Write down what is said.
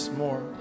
more